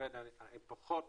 לכן אני פחות